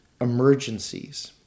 Emergencies